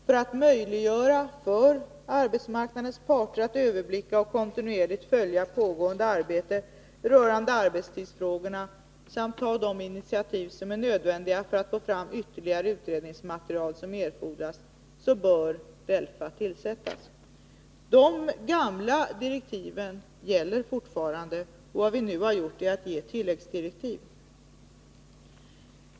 För att möjliggöra för arbetsmarknadens parter att överblicka och kontinuerligt följa pågående arbete rörande arbetskyddsfrågorna samt ta de initiativ som är nödvändiga för att få fram ytterligare utredningsmaterial som erfordras bör DELFA tillsättas.” Dessa gamla direktiv gäller fortfarande. Vad vi nu har gjort är att vi har gett tilläggsdirektiv.